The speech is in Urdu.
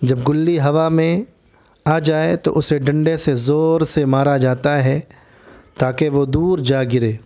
جب گلی ہوا میں آ جائے تو اسے ڈنڈے سے زور سے مارا جاتا ہے تاکہ وہ دور جا گرے